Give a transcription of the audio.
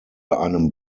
einem